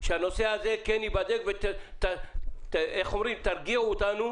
שהנושא הזה כן ייבדק ותרגיעו אותנו